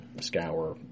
scour